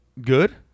good